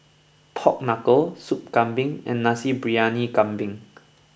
Pork Knuckle Sup Kambing and Nasi Briyani Kambing